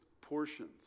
portions